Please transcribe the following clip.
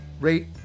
Rate